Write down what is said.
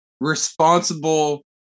responsible